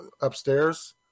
upstairs